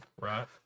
Right